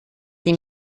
dem